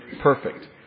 perfect